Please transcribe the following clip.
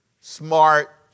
smart